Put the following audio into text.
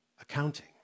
accounting